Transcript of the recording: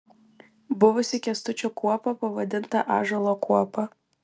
buvusi kęstučio kuopa pavadinta ąžuolo kuopa